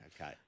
Okay